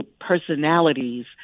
personalities